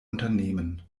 unternehmen